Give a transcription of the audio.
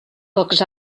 pocs